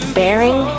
bearing